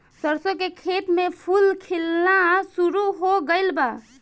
सरसों के खेत में फूल खिलना शुरू हो गइल बा